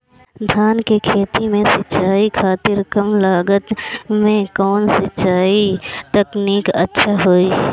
धान के खेती में सिंचाई खातिर कम लागत में कउन सिंचाई तकनीक अच्छा होई?